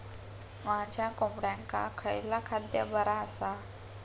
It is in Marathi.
माझ्या कोंबड्यांका खयला खाद्य बरा आसा?